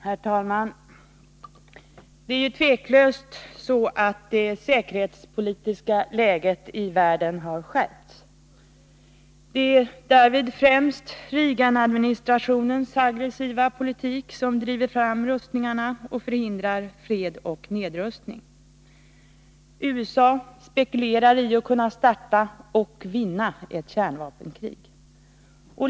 Herr talman! Det är utan tvivel så att det säkerhetspolitiska läget i världen har skärpts. Det är därvid främst Reaganadministrationens aggressiva politik som driver på rustningarna och förhindrar fred och nedrustning. USA spekulerar i att kunna starta och vinna ett kärnvapenkrig.